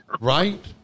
Right